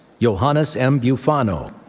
johannes m. bufano,